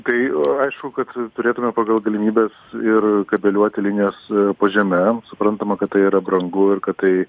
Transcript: tai aišku kad turėtume pagal galimybes ir kabeliuoti linijas po žeme suprantama kad tai yra brangu ir kad tai